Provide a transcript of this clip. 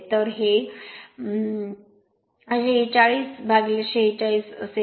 तर हे by० बाय 46 46 असेल